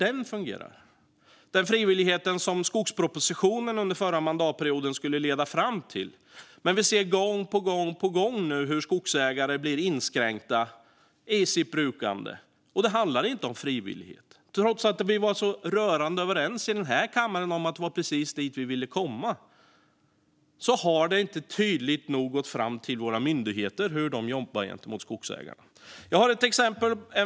Det handlar om den frivillighet som skogspropositionen under den förra mandatperioden skulle leda fram till. Vi ser gång på gång hur skogsägares brukande blir inskränkt, och det innebär inte frivillighet. Trots att vi var så rörande överens i denna kammare om att det var dit vi ville komma har det inte tydligt nog gått fram till våra myndigheter hur de ska jobba gentemot skogsägarna. Jag har ett exempel.